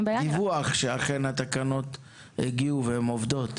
דיווח שאכן התקנות הגיעו והן עובדות.